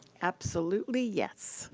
absolutely, yes,